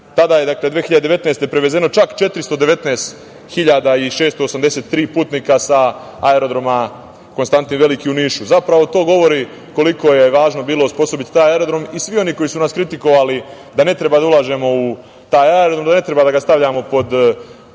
korona krize, prevezeno je čak 419.683 putnika sa aerodroma Konstantin Veliki u Nišu. Zapravo, to govori koliko je važno bilo osposobiti taj aerodrom. Svi oni koji su nas kritikovali da ne treba da ulažemo u taj aerodrom, da ne treba da ga stavljamo pod republičko